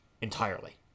entirely